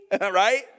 right